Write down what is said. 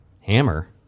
hammer